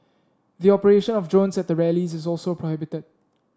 the operation of drones at the rallies is also prohibited